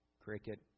cricket